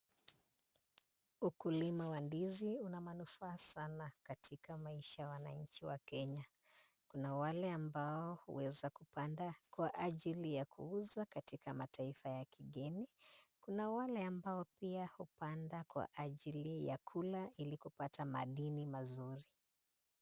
Ukulima wa ndizi una manufaa sana katika maisha ya wananchi wa Kenya. Kuna wale ambao huweza kupanda kwa ajili ya kuuza katika mataifa ya kigeni, kuna wale ambao pia huweza kupanda kwa ajili ya kula ili kupata madini mazuri.